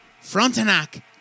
Frontenac